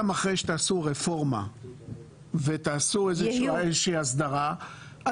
גם אחרי שתעשו רפורמה ותעשו איזושהי הסדרה,